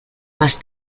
más